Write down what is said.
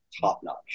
top-notch